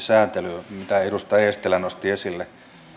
sääntelyyn mitä edustaja eestilä nosti esille